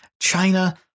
China